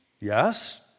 Yes